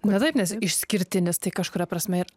na taip nesi išskirtinis tai kažkuria prasme ir